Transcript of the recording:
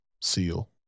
seal